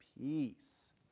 peace